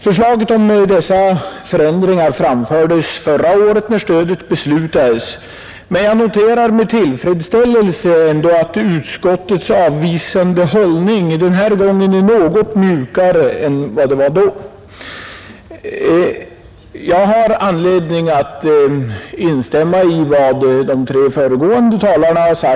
Förslag om dessa förändringar framfördes förra året när stödet beslutades, men jag noterar med tillfredsställelse att utskottets avvisande hållning denna gång är något mjukare än den var då. Jag har anledning att instämma i vad de tre föregående talarna har anfört.